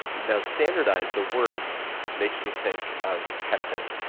not standardized the word makes me think of testing.